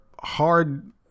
hard